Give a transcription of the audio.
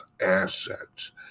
assets